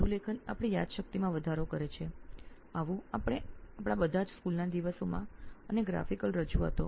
વધુ લેખન આપણી યાદશક્તિ વધારે છે એવું આપણે બધા શાળાના દિવસોથી શીખતાં આવ્યા છીએ